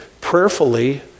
prayerfully